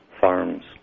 farms